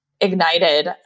ignited